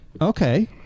okay